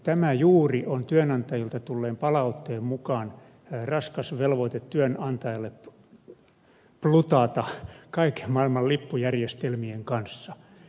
tämä juuri on työnantajilta tulleen palautteen mukaan raskas velvoite työnantajalle plutata kaiken maailman lippujärjestelmien kanssa